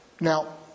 Now